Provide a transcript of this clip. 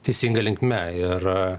teisinga linkme ir